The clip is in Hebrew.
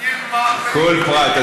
מתעניין מה, כל פרט.